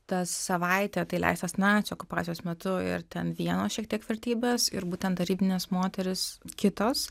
tas savaitė tai leistas nacių okupacijos metu ir ten vienos šiek tiek vertybės ir būtent tarybinės moterys kitos